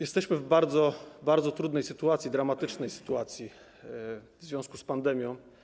Jesteśmy w bardzo, bardzo trudnej sytuacji, dramatycznej sytuacji w związku z pandemią.